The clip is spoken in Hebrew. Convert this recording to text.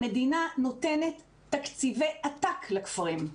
המדינה נותנת תקציבי עתק לכפרים.